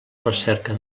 recerca